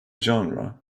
genre